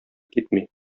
китми